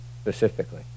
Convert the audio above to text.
specifically